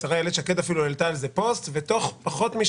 השרה שקד אפילו כתבה פוסט בנושא.